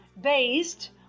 based